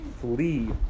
flee